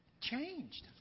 Changed